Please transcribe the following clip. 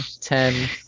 ten